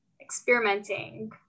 experimenting